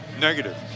Negative